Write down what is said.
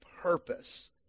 purpose